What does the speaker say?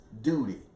duty